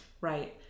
Right